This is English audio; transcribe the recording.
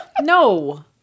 no